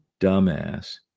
dumbass